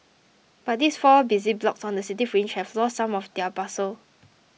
but these four busy blocks on the city fringe have lost some of their bustle